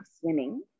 swimming